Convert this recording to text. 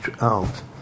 out